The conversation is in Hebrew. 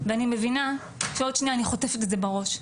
ואני מבינה שעוד שנייה אני חוטפת את זה בראש,